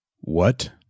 What